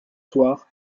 soir